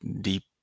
deep